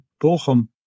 Bochum